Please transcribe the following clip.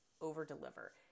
over-deliver